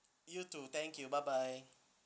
you too thank you bye bye